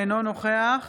אינו נוכח